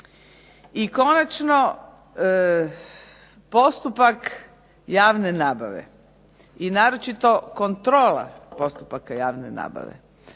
I konačno postupak javne nabave i naročito kontrola postupaka javne nabave